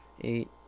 eight